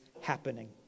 happening